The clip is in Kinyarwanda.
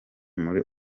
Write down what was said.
muri